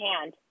hand